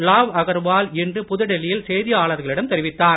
லாவ் அகர்வால் இன்று புதுடில்லி யில் செய்தியாளர்களிடம் தெரிவித்தார்